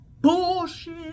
bullshit